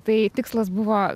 tai tikslas buvo